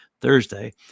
Thursday